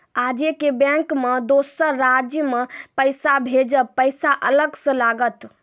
आजे के बैंक मे दोसर राज्य मे पैसा भेजबऽ पैसा अलग से लागत?